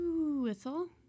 whistle